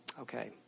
Okay